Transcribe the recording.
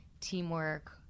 teamwork